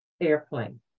airplane